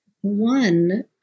one